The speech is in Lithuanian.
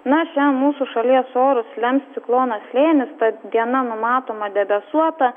na šiandien mūsų šalies orus lems ciklono slėnis tad diena numatoma debesuota